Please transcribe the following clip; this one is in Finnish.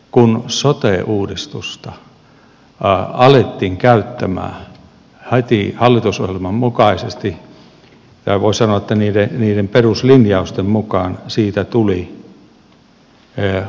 kun sote uudistusta alettiin käyttämään heti hallitusohjelman mukaisesti voi sanoa että niiden peruslinjausten mukaan siitä tuli kuntarakennemuutoksen väline